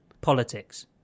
Politics